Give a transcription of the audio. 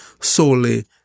solely